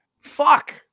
fuck